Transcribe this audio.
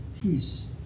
peace